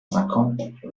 cinquante